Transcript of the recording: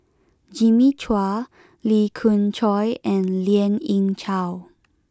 Jimmy Chua Lee Khoon Choy and Lien Ying Chow